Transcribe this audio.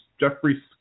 Jeffrey